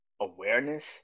awareness